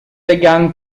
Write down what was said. began